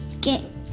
get